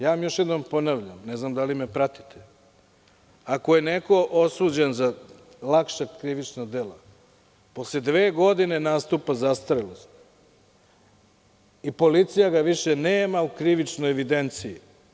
Još jedom vam ponavljam, ne znam da li me pratite, ako je neko osuđen za lakše krivično delo posle dve godine nastupa zastarelost i policija ga više nema u krivičnoj evidenciji.